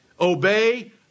obey